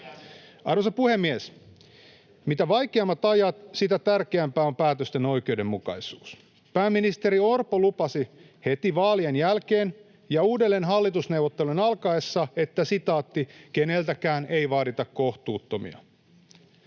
Arvoisa puhemies! Mitä vaikeammat ajat, sitä tärkeämpää on päätösten oikeudenmukaisuus. Pääministeri Orpo lupasi heti vaalien jälkeen ja uudelleen hallitusneuvotteluiden alkaessa: ”Keneltäkään ei vaadita kohtuuttomia.”